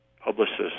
publicists